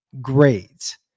great